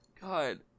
God